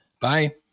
Bye